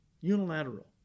unilateral